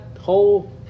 whole